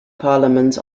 parliament